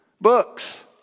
Books